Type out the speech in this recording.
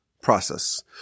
process